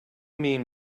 mean